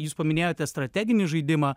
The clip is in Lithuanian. jūs paminėjote strateginį žaidimą